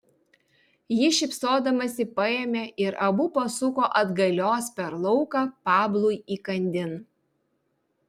ji šypsodamasi paėmė ir abu pasuko atgalios per lauką pablui įkandin